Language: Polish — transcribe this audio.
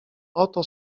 oto